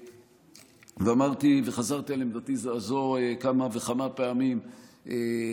ואמרתי וחזרתי על עמדתי הזו כמה וכמה פעמים,